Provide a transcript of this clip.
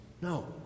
No